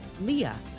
Leah